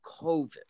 COVID